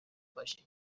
باشیم